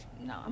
no